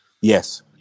Yes